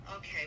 Okay